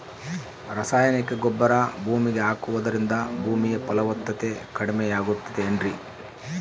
ರಾಸಾಯನಿಕ ಗೊಬ್ಬರ ಭೂಮಿಗೆ ಹಾಕುವುದರಿಂದ ಭೂಮಿಯ ಫಲವತ್ತತೆ ಕಡಿಮೆಯಾಗುತ್ತದೆ ಏನ್ರಿ?